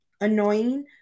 annoying